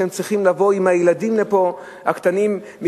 שהם צריכים לבוא עם הילדים הקטנים לפה,